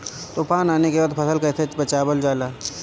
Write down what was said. तुफान आने के बाद फसल कैसे बचावल जाला?